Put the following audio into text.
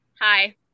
Hi